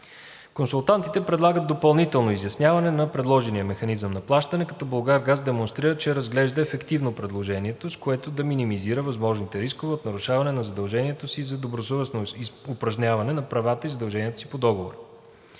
Консултантите предлагат допълнително изясняване на предложения механизъм на плащане, като „Булгаргаз“ демонстрира, че разглежда ефективно предложението, с което да минимизира възможните рискове от нарушаване на задължението си за добросъвестно упражняване на правата и задълженията си по Договора.